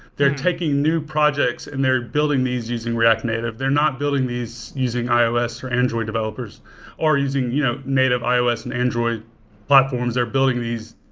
they're taking new projects and they're building these using react native. they're not building these using ios or android developers or using you know native ios and android platforms. they're building these.